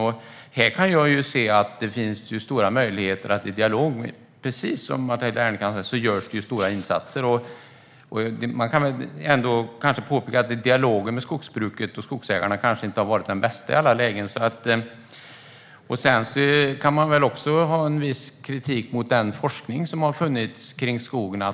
Precis som Matilda Ernkrans säger görs det stora insatser, och här kan jag se att det finns stora möjligheter till en dialog. Man kan påpeka att dialogen med skogsbruket och skogsägarna kanske inte har varit den bästa i alla lägen. Jag kan också ha en viss kritik mot den forskning som har bedrivits om skogen.